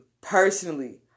Personally